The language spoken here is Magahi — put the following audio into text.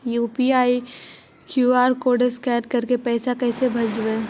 यु.पी.आई के कियु.आर कोड स्कैन करके पैसा कैसे भेजबइ?